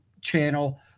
channel